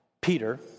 Peter